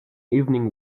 evening